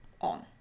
on